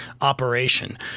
operation